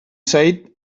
zait